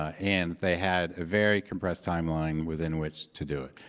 ah and they had a very compressed timeline within which to do it.